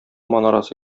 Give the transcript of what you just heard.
манарасы